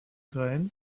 graines